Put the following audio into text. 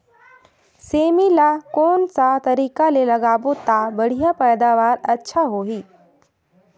सेमी ला कोन सा तरीका ले लगाबो ता बढ़िया पैदावार अच्छा होही?